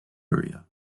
area